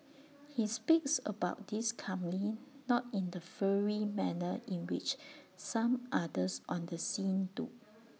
he speaks about this calmly not in the fiery manner in which some others on the scene do